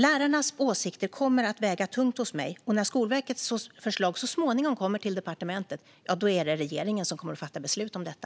Lärarnas åsikter kommer att väga tungt hos mig, och när Skolverkets förslag så småningom kommer till departementet är det regeringen som kommer att fatta beslut om detta.